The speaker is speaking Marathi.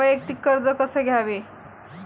वैयक्तिक कर्ज कसे घ्यावे?